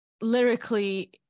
lyrically